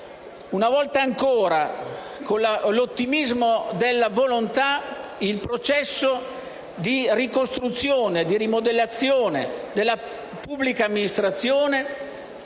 una volta ancora con l'ottimismo della volontà, un processo di ricostruzione e di rimodellazione della pubblica amministrazione,